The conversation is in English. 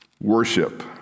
worship